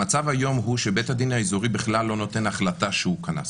המצב היום הוא שבית הדין האיזורי בכלל לא נותן החלטה שהוא קנה סמכות.